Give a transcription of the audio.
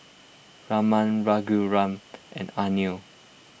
Raman Raghuram and Anil